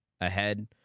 ahead